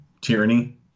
tyranny